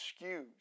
excuse